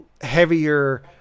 heavier